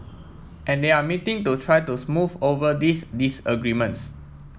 and they are meeting to try to smooth over these disagreements